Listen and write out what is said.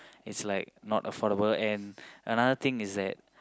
is like not affordable and another thing is that